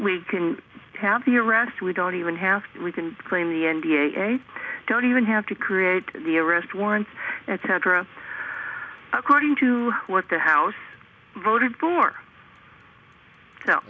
we can have the arrest we don't even have we can claim the n d a don't even have to create the arrest warrants etc according to what the house voted for